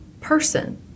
person